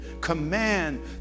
command